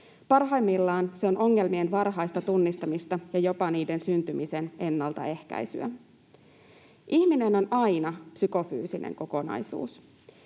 Parhaimmillaan se on ongelmien varhaista tunnistamista ja jopa niiden syntymisen ennaltaehkäisyä. Ihminen on aina psykofyysinen kokonaisuus.